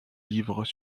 livres